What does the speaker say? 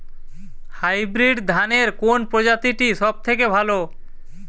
Hybrid ধানের কোন প্রজীতিটি সবথেকে ভালো?